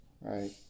right